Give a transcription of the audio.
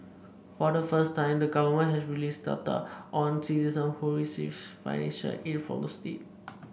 for the first time the government has released data on citizens who receives financial aid from the state